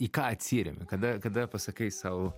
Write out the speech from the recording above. į ką atsiremi kada kada pasakai sau